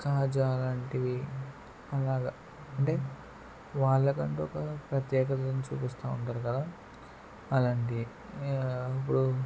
కాజా లాంటివి అలాగ అంటే వాళ్ళకంటూ ఒక ప్రత్యేకతను చూపిస్తా ఉంటారు కదా అలాంటివి ఇప్పుడు